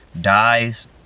dies